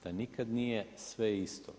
Da nikad nije sve isto.